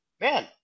man